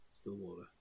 Stillwater